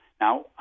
Now